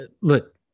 look